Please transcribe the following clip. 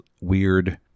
weird